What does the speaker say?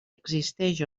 existeix